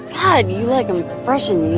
god, you like them fresh and